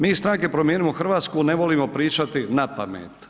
Mi iz stranke Promijenimo Hrvatsku ne volimo pričati napamet.